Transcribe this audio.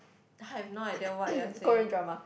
I have no idea what you're saying